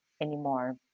anymore